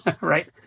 right